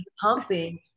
Pumping